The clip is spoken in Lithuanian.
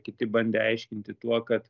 kiti bandė aiškinti tuo kad